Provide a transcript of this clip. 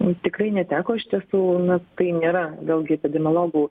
nu tikrai neteko iš tiesų na tai nėra vėlgi epidemiologų